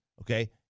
okay